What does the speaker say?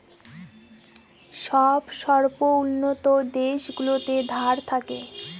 সব স্বল্পোন্নত দেশগুলোতে ধার থাকে